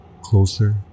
closer